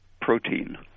protein